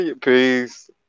Peace